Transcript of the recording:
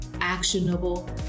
actionable